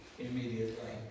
immediately